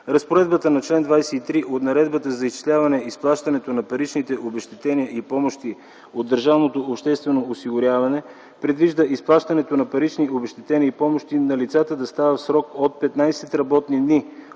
Разпоредбата на чл. 23 от Наредбата за изчисляване изплащането на паричните обезщетения и помощи от държавното обществено осигуряване предвижда изплащането на парични обезщетения и помощи на лицата да става в срок от 15 работни дни